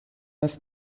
است